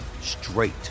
straight